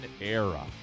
era